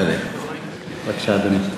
בבקשה, אדוני.